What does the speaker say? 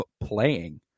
playing